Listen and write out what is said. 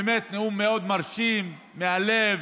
באמת נאום מאוד מרשים, מהלב,